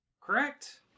Correct